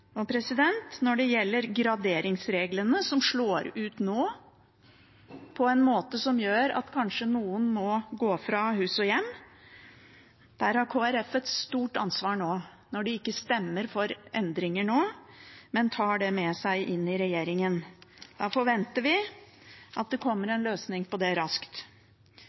Når det gjelder graderingsreglene, som nå slår ut på en måte som gjør at noen kanskje må gå fra hus og hjem, har Kristelig Folkeparti et stort ansvar når de ikke stemmer for endringer nå, men tar det med seg inn i regjeringen. Da forventer vi at det kommer en løsning på det raskt.